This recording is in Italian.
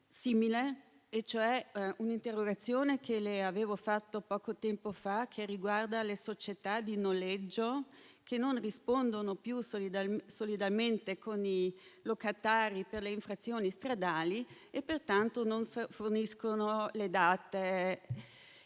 di un'interrogazione che le avevo indirizzato poco tempo fa, riguardante le società di noleggio che non rispondono più solidalmente con i locatari per le infrazioni stradali e pertanto non forniscono le date.